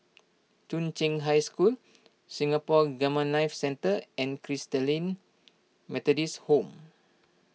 Chung Cheng High School Singapore Gamma Knife Centre and Christalite Methodist Home